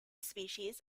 species